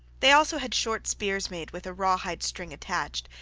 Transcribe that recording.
they also had short spears made with a rawhide string attached,